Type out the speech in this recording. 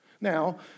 Now